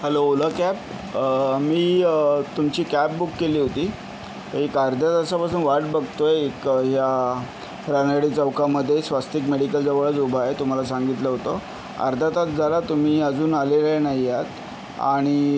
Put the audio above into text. hello Ola cab मी तुमची cab book केली होती एक अर्ध्या तासापासून वाट बघतोय इतकं या रानडे चौकामध्ये स्वस्तिक मेडिकलजवळच उभा आहे तुम्हाला सांगितलं होतं अर्धा तास झाला तुम्ही अजून आलेले नाही आत आणि